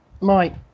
Mike